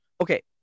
okay